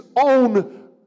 own